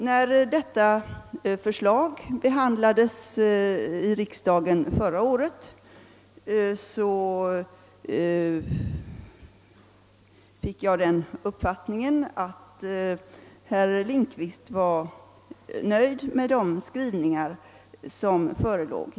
När detta förslag behandlades i riksdagen förra året fick jag den uppfattningen, att herr Lindkvist var nöjd med de skrivningar som förelåg.